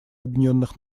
объединенных